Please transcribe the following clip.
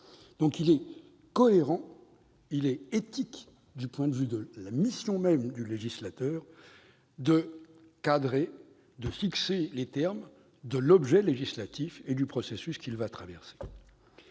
donc cohérent et éthique du point de vue de la mission même du législateur de cadrer et de fixer les termes de l'objet législatif et du processus qu'il va traverser.